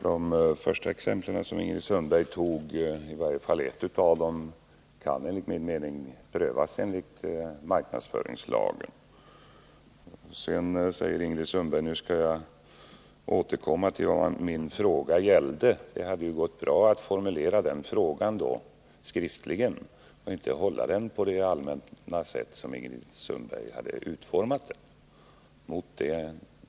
Herr talman! De första exemplen som Ingrid Sundberg tog — i varje fall ett av dem — kan, anser jag, prövas enligt marknadsföringslagen. Sedan säger Ingrid Sundberg att hon skall återkomma till vad hennes fråga gällde. Det hade ju då gått bra att formulera den frågan skriftligen och inte utforma den så allmänt som Ingrid Sundberg gjort.